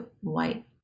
white